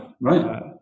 right